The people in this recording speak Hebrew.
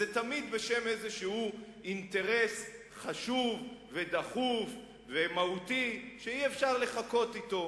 ותמיד בשם איזה אינטרס חשוב ודחוף ומהותי שאי-אפשר לחכות אתו,